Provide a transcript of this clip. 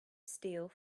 steel